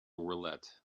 roulette